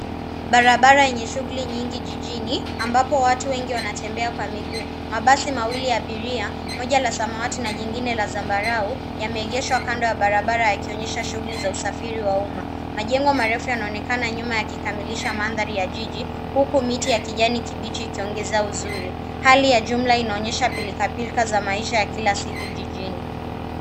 Barabara enye shuguli nyingi jijini ambapo watu wengi wanatembea kwa miguu. Mabasi mawili ya abiria moja la samawati na jingine la zambarau yameegeshwa kando ya barabara yakionyesha shuguli za usafiri wa umma. Majengo marefu yanaoekana nyuma yakikamilisha mandhari ya jiji huku miti ya kijani kibichi yakiongeza uzuri. Hali ya jumla inaonyesha pilkapilka za maisha ya kila siku jijini.